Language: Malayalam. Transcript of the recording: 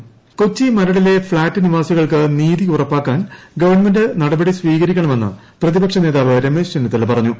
രമേശ് ചെന്നിത്തല കൊച്ചി മരടിലെ ഫ്ളാറ്റ് നിവാസികൾക്ക് നീതി ഉറപ്പാക്കാൻ ഗവൺമെന്റ് നടപടി സ്വീകരിക്കണമെന്ന് പ്രതിപക്ഷ നേതാവ് ്രമേശ് ചെന്നിത്തല പറഞ്ഞു